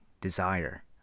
desire